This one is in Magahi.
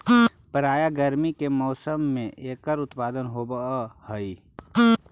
प्रायः गर्मी के मौसम में एकर उत्पादन होवअ हई